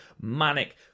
manic